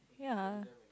ya